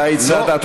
אתה הצעת.